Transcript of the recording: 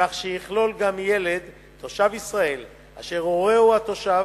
כך שיכלול גם ילד, תושב ישראל, אשר הורהו התושב